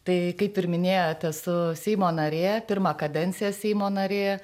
tai kaip ir minėjot esu seimo narė pirmą kadenciją seimo narė